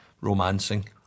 romancing